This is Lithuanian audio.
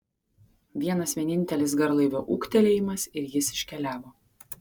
vienas vienintelis garlaivio ūktelėjimas ir jis iškeliavo